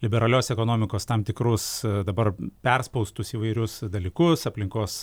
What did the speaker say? liberalios ekonomikos tam tikrus dabar perspaustus įvairius dalykus aplinkos